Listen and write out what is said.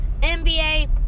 nba